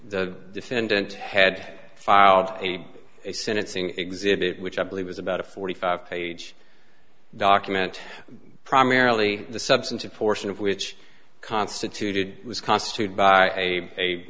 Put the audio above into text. the defendant had filed a sentencing exhibit which i believe was about a forty five page document primarily the substantive portion of which constituted was constituted by a